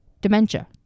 dementia